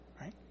right